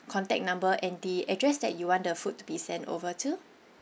contact number and the address that you want the food to be sent over to